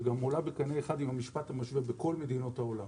שגם עולה בקנה אחד עם המשפט המשווה בכל מדינות העולם.